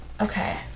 Okay